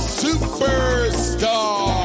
superstar